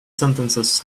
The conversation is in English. sentences